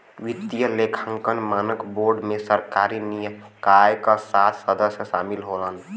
वित्तीय लेखांकन मानक बोर्ड में सरकारी निकाय क सात सदस्य शामिल होलन